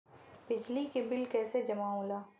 बिजली के बिल कैसे जमा होला?